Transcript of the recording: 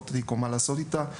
ומה לעשות איתה.